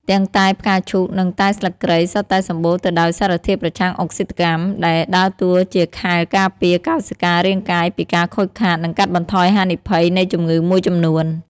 ទាំងតែផ្កាឈូកនិងតែស្លឹកគ្រៃសុទ្ធតែសម្បូរទៅដោយសារធាតុប្រឆាំងអុកស៊ីតកម្ម ដែលដើរតួជាខែលការពារកោសិការាងកាយពីការខូចខាត និងកាត់បន្ថយហានិភ័យនៃជំងឺមួយចំនួន។